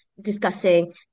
discussing